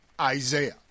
Isaiah